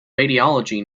radiology